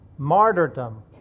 Martyrdom